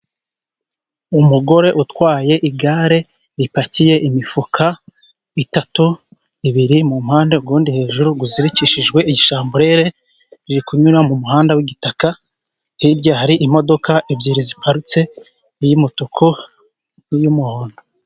Umugore utwaye igare ripakiye imifuka itatu, ibiri mu mpande, uwundi hejuru. Uzirikishijwe igishamburere. Riri kunyura mu muhanda w'igitaka. Hirya hari imodoka ebyiri ziparitse, iy'umutuku n'iy'umuhondo.